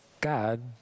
God